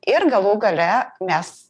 ir galų gale mes